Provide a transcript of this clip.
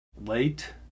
late